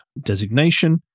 designation